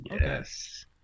Yes